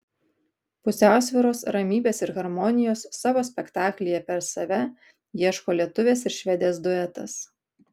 pusiausvyros ramybės ir harmonijos savo spektaklyje per save ieško lietuvės ir švedės duetas